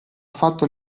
fatto